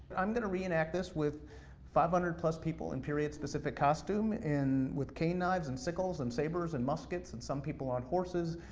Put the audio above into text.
i'm gonna reenact this with five hundred plus people in period specific costume, and with cane knives, and sickles, and sabers, and muskets, and some people on horses.